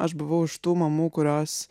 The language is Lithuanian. aš buvau iš tų mamų kurios